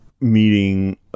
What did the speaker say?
meeting